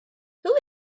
who